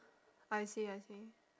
I see I see